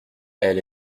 elle